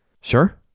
Sure